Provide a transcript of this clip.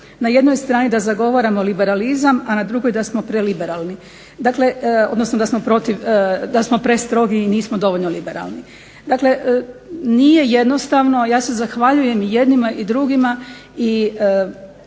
Na jednoj strani da zagovaramo liberalizam, a na drugoj da smo preliberalni, odnosno da smo prestrogi i nismo dovoljno liberalni. Dakle, nije jednostavno, ja se zahvaljujem jednima i drugima i